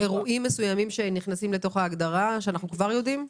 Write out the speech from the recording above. יש אירועים מסוימים שנכנסים לתוך ההגדרה שאנחנו כבר יודעים?